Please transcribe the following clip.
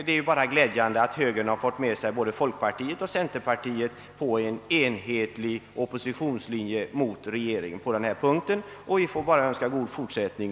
Det är bara glädjande att högern har fått med sig både folkpartiet och centerpartiet på en enhetlig oppositionslinje mot regeringen på denna punkt. Vi får önska god fortsättning.